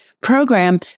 program